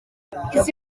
izi